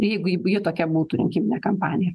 jeigu ji ji tokia būtų rinkiminė kampanija